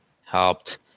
helped